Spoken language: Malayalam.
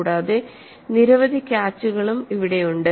കൂടാതെ നിരവധി ക്യാച്ചുകളും ഇവിടെയുണ്ട്